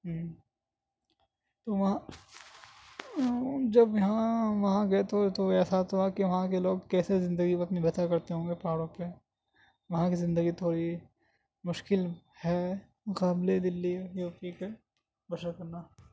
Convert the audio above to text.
ہوں تو وہاں جب یہاں وہاں گئے تھے تو ایسا تھا کہ وہاں کے لوگ کیسے زندگی اپنی بسر کرتے ہوں گے پہاڑوں پہ وہاں کی زندگی تھوڑی مشکل ہے مقابلے دلی یو پی کے بسر کرنا